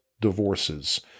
divorces